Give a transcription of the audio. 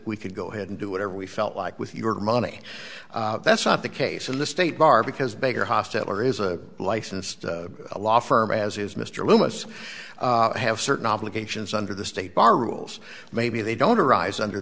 we could go ahead and do whatever we felt like with your money that's not the case in the state bar because baker hostetler is a licensed a law firm as is mr lewis have certain obligations under the state bar rules maybe they don't arise under